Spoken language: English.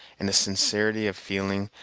and a sincerity of feeling,